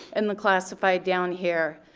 and the classified down here,